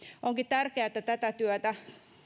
onkin tärkeää että tätä työtä